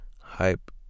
hype